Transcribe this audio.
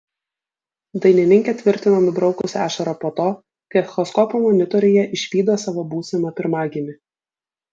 dainininkė tvirtino nubraukusi ašarą po to kai echoskopo monitoriuje išvydo savo būsimą pirmagimį